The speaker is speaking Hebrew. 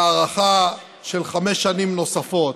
להארכה של חמש שנים נוספות.